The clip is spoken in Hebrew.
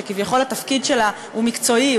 שכביכול התפקיד שלה הוא מקצועי,